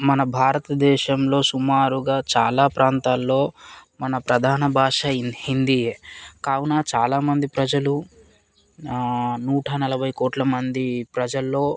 మన భారతదేశంలో సుమారుగా చాలా ప్రాంతాల్లో మన ప్రధాన భాష ఇన్ హిందీయే కావున చాలామంది ప్రజలు నూట నలభై కోట్ల మంది ప్రజల్లో